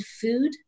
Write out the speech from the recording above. food